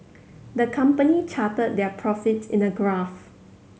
the company charted their profits in a graph